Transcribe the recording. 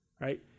right